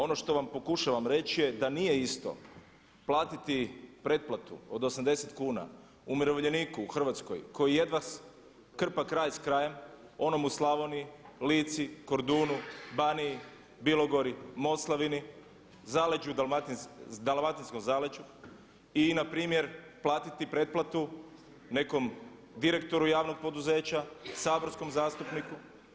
Ono što vam pokušavam reći je da nije isto platiti pretplatu od 80 kuna umirovljeniku u Hrvatskoj koji jedva krpa kraj s krajem onom u Slavoniji, Lici, Kordunu, Baniji, Bilogori, Moslavini, Dalmatinskom zaleđu i npr. platiti pretplatu nekom direktoru javnog poduzeća, saborskom zastupniku.